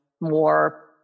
more